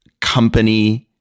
company